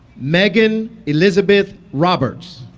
meghan elizabeth roberts